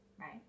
right